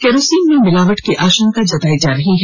kerosene में मिलावट की आशंका जताई जा रही है